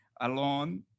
alone